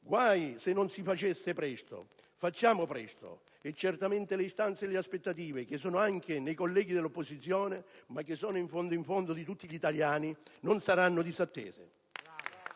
Guai se non si facesse presto. Facciamo presto, e certamente le istanze e le aspettative che sono anche nei colleghi dell'opposizione, ma che sono in fondo in fondo di tutti gli italiani non saranno disattese.